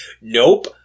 nope